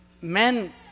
Men